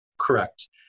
Correct